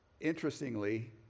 interestingly